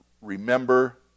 remember